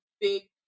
big